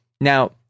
Now